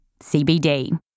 CBD